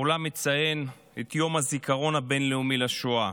העולם מציין את יום הזיכרון הבין-לאומי לשואה.